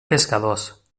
pescadors